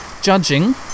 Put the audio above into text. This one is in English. judging